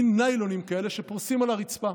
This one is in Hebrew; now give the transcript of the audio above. מין ניילונים כאלה שפורסים על הרצפה.